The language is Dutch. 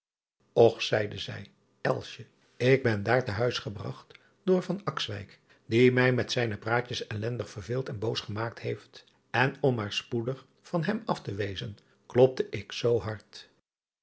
ch zeide zij ik ben daar te huis gebragt door die mij met zijne praatjes ellendig verveeld en boos gemaakt heeft en om maar spoedig van hem af te wezen klopte ik zoo hard